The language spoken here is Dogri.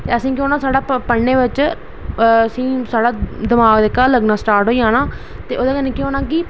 ते असेंगी केह् होना थोह्ड़ा पढ़ने बिच फ्ही दमाग साढ़ा लग्गना स्टार्ट होई जाना तेओह्दे कन्नै केह् होना कि